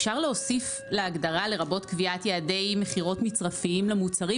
אפשר להוסיף להגדרה לרבות קביעת יעדי מכירות מצרפיים למוצרים?